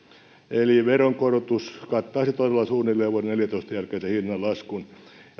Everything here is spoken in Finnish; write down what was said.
eli veronkorotus kattaisi todella suunnilleen vuoden neljätoista jälkeisen hinnanlaskun